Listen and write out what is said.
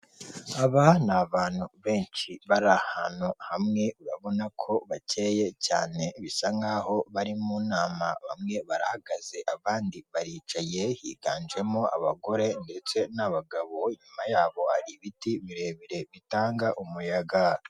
Aba ni abantu benshi bari ahantu hamwe urabona ko bakeye cyane bisa nk'aho bari mu nama, bamwe barahagaze abandi baricaye higanjemo abagore ndetse n'abagabo inyuma yabo hari ibiti birebire bitanga umuyaga.